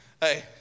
Hey